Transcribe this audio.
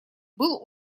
был